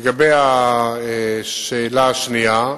לגבי השאלה השנייה,